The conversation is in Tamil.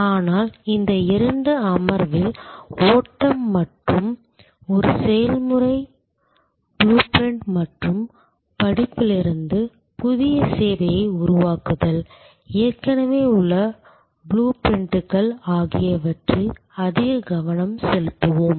ஆனால் இந்த இரண்டு அமர்வில் ஓட்டம் மற்றும் ஒரு செயல்முறை புளூ பிரிண்ட் மற்றும் படிப்பிலிருந்து புதிய சேவையை உருவாக்குதல் ஏற்கனவே உள்ள புளூ பிரிண்ட்கள் ஆகியவற்றில் அதிக கவனம் செலுத்துவோம்